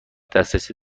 دسترسی